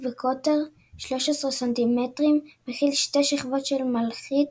בקוטר 13 סנטימטרים המכיל שתי שכבות של מלכיט,